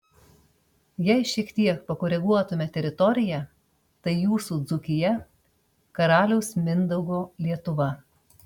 jei šiek tiek pakoreguotume teritoriją tai jūsų dzūkija karaliaus mindaugo lietuva